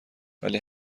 ولی